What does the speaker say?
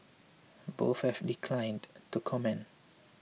both have declined to comment